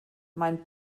mein